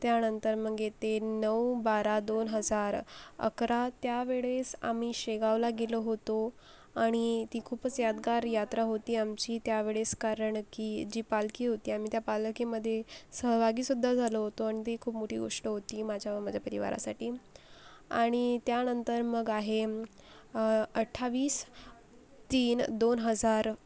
त्यानंतर मग येते नऊ बारा दोन हजार अकरा त्यावेळेस आम्ही शेगावला गेलो होतो आणि ती खूपच यादगार यात्रा होती आमची त्यावेळेस कारण की जी पालखी होती आम्ही त्या पालखीमध्ये सहभागीसुद्धा झालो होतो आणि ती खूप मोठी गोष्ट होती माझ्या व माझ्या परिवारासाठी आणि त्यानंतर मग आहे अठ्ठावीस तीन दोन हजार